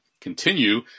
continue